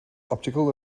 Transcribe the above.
optical